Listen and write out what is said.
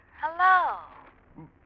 hello